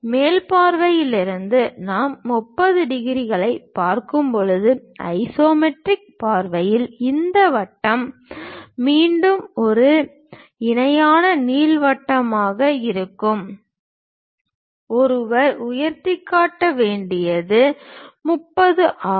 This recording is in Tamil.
மேல் பார்வையில் இருந்து நாம் 30 டிகிரிகளைப் பார்க்கும்போது ஐசோமெட்ரிக் பார்வையில் இந்த வட்டம் மீண்டும் ஒரு இணையான நீள்வட்டமாக இருக்கும் ஒருவர் உயரத்தில் கட்ட வேண்டியது 30 ஆகும்